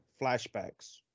flashbacks